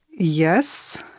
yes.